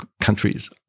countries